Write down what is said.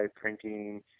printing